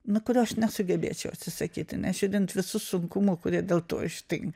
nu kurio aš nesugebėčiau atsisakyti nežiūrint visų sunkumų kurie dėl to ištinka